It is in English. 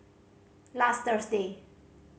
last Thursday